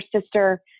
sister